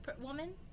woman